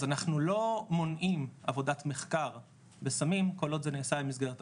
אז אנחנו לא מונעים עבודת מחקר בסמים כל עוד זה נעשה במסגרת החוק.